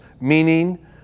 meaning